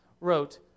wrote